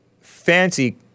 Fancy